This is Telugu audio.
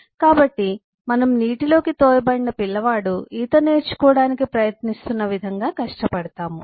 కాబట్టి మనము నీటిలోకి తోయబడిన పిల్లవాడు ఈత నేర్చుకోవడానికి ప్రయత్నిస్తున్న విధంగా కష్టపడతాము